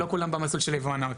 לא כולם במסלול של יבואנות.